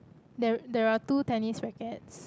there there are two tennis rackets